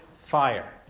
fire